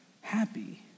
happy